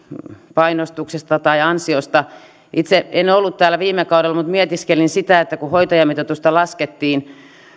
painostuksesta tai ansiosta itse en ollut täällä viime kaudella mutta mietiskelin sitä että kun hoitajamitoitusta laskettiin